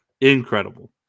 Incredible